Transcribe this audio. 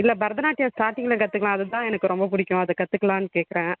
இல்லை பரதநாட்டியம் ஸ்டாட்டிங்கில் கத்துக்கலாம் அதுதான் எனக்கு ரொம்ப பிடிக்கும் அதை கத்துக்கலான்னு கேட்குறேன்